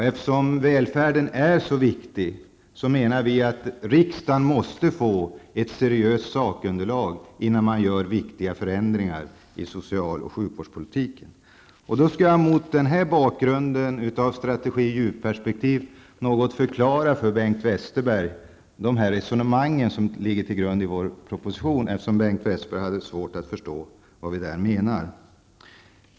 Eftersom välfärden är så viktig menar vi att riksdagen måste få ett seriöst sakunderlag innan man gör viktiga förändringar i social och sjukvårdspolitiken. Mot denna bakgrund skall jag något förklara för Bengt Westerberg de resonemang som ligger till grund för vår motion, eftersom Bengt Westerberg hade svårt att förstå vad vi menade.